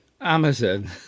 Amazon